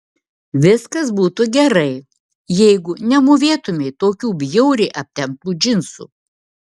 viskas būtų gerai jeigu nemūvėtumei tokių bjauriai aptemptų džinsų